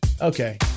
Okay